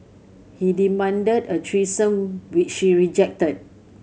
he demanded a threesome which she rejected